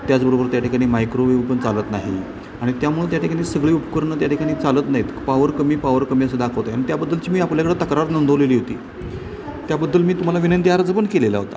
त्याचबरोबर त्या ठिकाणी मायक्रोवेव पण चालत नाही आणि त्यामुळे त्या ठिकाणी सगळे उपकरण त्या ठिकाणी चालत नाहीत पावर कमी पावर कमी असं दाखवतोय अन् त्याबद्दलची मी आपल्याकडं तक्रार नोंदवलेली होती त्याबद्दल मी तुम्हाला विनंती अर्ज पण केलेला होता